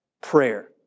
prayer